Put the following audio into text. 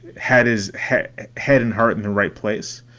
had his head head and heart in the right place,